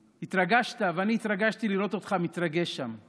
התרגשת, ואני התרגשתי לראות אותך מתרגש שם.